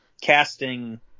casting